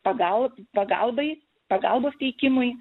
pagal pagalbai pagalbos teikimui